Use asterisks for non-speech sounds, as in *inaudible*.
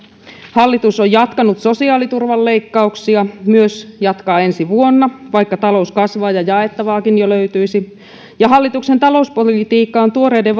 hallitus on jatkanut sosiaaliturvan leikkauksia jatkaa myös ensi vuonna vaikka talous kasvaa ja jaettavaakin jo löytyisi ja hallituksen talouspolitiikka on tuoreiden *unintelligible*